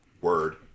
Word